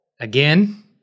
Again